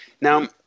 now